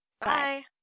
Bye